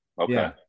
Okay